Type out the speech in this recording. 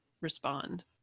respond